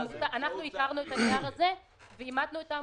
אנחנו איתרנו את הנייר הזה ועימתנו את העמותה,